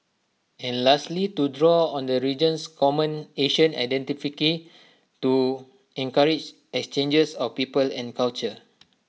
and lastly to draw on the region's common Asian identity to encourage exchanges of people and culture